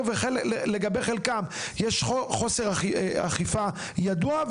לגבי חלקם יש חוסר אכיפה ידוע,